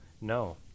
No